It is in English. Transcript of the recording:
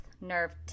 Nerve